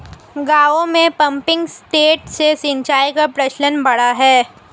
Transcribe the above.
गाँवों में pumping set से सिंचाई का प्रचलन बढ़ा है